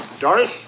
Doris